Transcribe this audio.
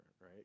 right